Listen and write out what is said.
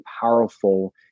powerful